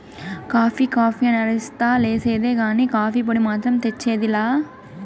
coffee coffee అని అరస్తా లేసేదే కానీ, కాఫీ పొడి మాత్రం తెచ్చేది లా